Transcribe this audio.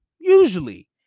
usually